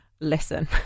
listen